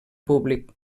públic